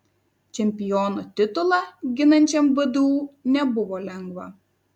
čempiono titulą ginančiam vdu nebuvo lengva